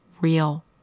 real